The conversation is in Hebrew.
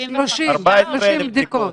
25 בדיקות.